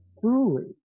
Truly